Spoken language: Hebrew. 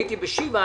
הייתי בשיבא,